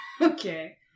Okay